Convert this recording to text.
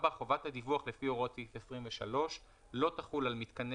חובת הדיווח לפי הוראות סעיף 23 לא תחול על מיתקני